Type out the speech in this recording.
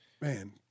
man